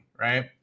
right